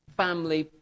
family